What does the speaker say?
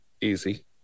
easy